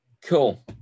Cool